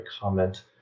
comment